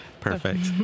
Perfect